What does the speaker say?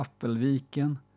Appelviken